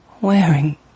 wearing